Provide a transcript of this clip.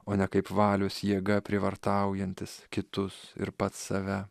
o ne kaip valios jėga prievartaujantis kitus ir pats save